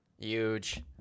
Huge